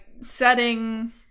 setting